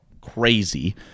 crazy